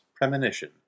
Premonition